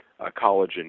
collagen